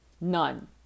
None